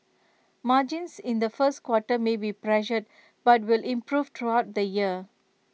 margins in the first quarter may be pressured but will improve throughout the year